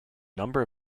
number